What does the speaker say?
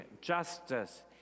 justice